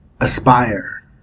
Aspire